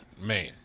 Man